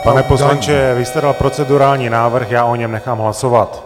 Pane poslanče, vy jste dal procedurální návrh, já o něm nechám hlasovat.